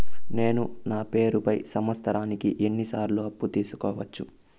నేను నా పేరుపై సంవత్సరానికి ఎన్ని సార్లు అప్పు తీసుకోవచ్చు?